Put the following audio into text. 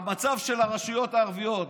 המצב של הרשויות הערביות,